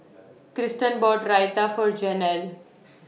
Kristen bought Raita For Janel